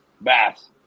Bass